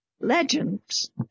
Legends